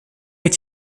est